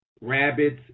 rabbits